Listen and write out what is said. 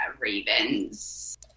Ravens